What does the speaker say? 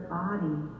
body